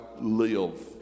live